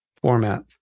format